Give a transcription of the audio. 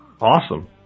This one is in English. Awesome